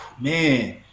Man